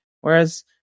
Whereas